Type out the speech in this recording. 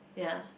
ya